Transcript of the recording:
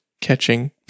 catching